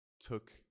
took